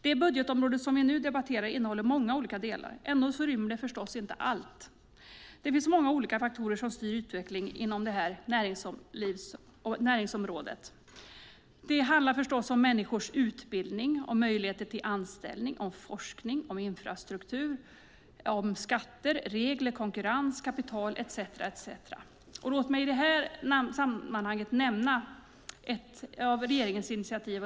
Det budgetområde vi nu debatterar innehåller många olika delar. Ändå rymmer det förstås inte allt. Det finns många olika faktorer som styr utvecklingen inom detta näringsområde. Det handlar förstås om människors utbildning, möjligheter till anställning, forskning, infrastruktur, skatter, regler, konkurrens, kapital etcetera. Låt mig i detta sammanhang nämna ett av regeringens initiativ.